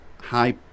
high